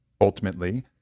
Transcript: ultimately